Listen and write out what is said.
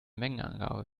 mengenangabe